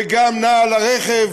וגם נע על הרכב